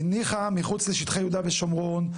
כי נגיד מחוץ לשטחי יהודה שומרון,